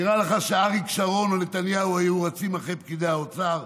נראה לך שאריק שרון או נתניהו היו רצים אחרי פקידי האוצר?